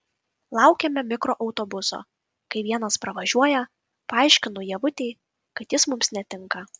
laukiame mikroautobuso kai vienas pravažiuoja paaiškinu ievutei kad jis mums netinka